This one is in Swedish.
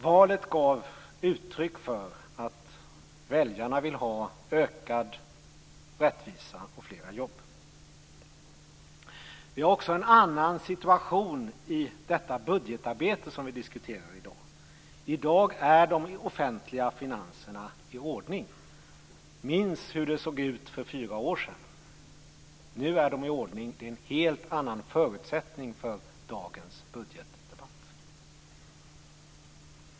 Valet gav uttryck för att väljarna vill ha ökad rättvisa och flera jobb. Vi har också en annan situation i det budgetarbete vi diskuterar i dag. I dag är de offentliga finanserna i ordning. Minns hur det såg ut för fyra år sedan. Nu är de i ordning, och det är en helt annan förutsättning för dagens budgetdebatt.